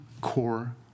core